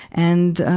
and, ah,